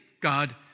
God